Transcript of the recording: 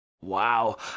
Wow